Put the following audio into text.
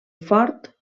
fort